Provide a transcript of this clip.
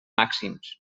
màxims